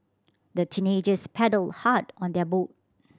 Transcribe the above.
the teenagers paddled hard on their boat